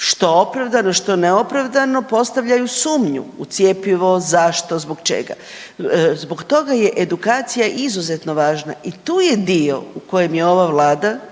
što opravdano, što neopravdano postavljaju sumnju u cjepivo, zašto, zbog čega. Zbog toga je edukacija izuzetno važna i tu je dio u kojem je ova Vlada